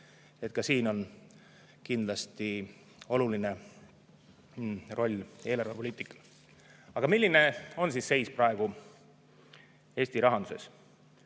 Ka siin on kindlasti oluline roll eelarvepoliitikal. Aga milline on seis praegu Eesti rahanduses?